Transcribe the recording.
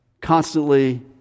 constantly